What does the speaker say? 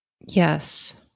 Yes